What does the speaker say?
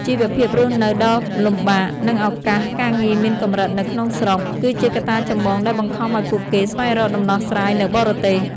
ជីវភាពរស់នៅដ៏លំបាក និងឱកាសការងារមានកម្រិតនៅក្នុងស្រុក គឺជាកត្តាចម្បងដែលបង្ខំឱ្យពួកគេស្វែងរកដំណោះស្រាយនៅបរទេស។